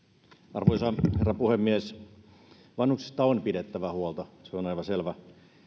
arvoisa herra puhemies vanhuksista on pidettävä huolta se on aivan selvä